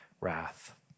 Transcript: wrath